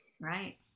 Right